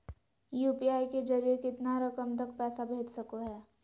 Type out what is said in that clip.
UPI के जरिए कितना रकम तक पैसा भेज सको है?